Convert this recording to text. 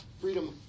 Freedom